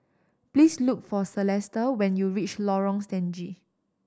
please look for Celesta when you reach Lorong Stangee